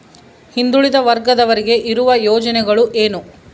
ಹಿಂದುಳಿದ ವರ್ಗದವರಿಗೆ ಇರುವ ಯೋಜನೆಗಳು ಏನು?